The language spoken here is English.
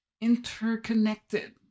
interconnected